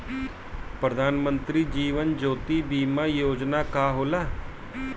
प्रधानमंत्री जीवन ज्योति बीमा योजना का होला?